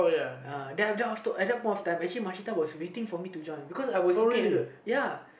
uh then then I was told at that point of time actually Mashita was waiting for me to join because I was looking at her ya